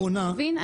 באמת.